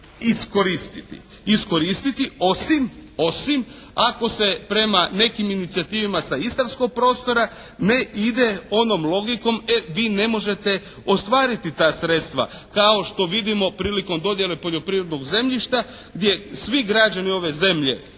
iskoristiti, iskoristiti osim, osim ako se prema nekim inicijativama sa istarskog prostora ne ide onom logikom e vi ne možete ostvariti ta sredstva kao što vidimo prilikom dodjele poljoprivrednog zemljišta gdje svi građani ove zemlje,